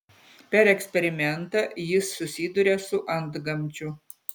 per eksperimentą jis susiduria su antgamčiu